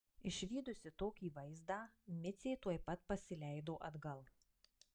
išvydusi tokį vaizdą micė tuoj pat pasileido atgal